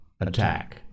Attack